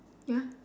ya